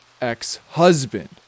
ex-husband